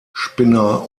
spinner